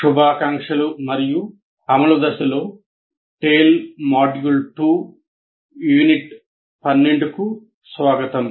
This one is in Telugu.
శుభాకాంక్షలు మరియు అమలు దశలో TALE మాడ్యూల్ 2 యూనిట్ 12 కు స్వాగతం